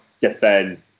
defend